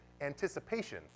anticipation